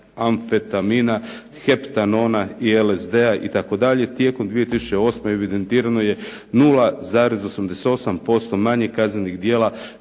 amfetamina, heptanona i LSD-a itd. Tijekom 2008. evidentirano je 0.88% manje kaznenih djela